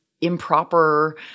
improper